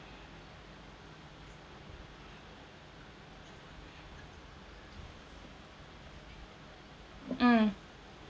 mm